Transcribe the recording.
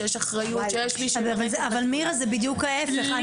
שיש אחריות --- אבל מירה זה בדיוק ההפך.